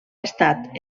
estat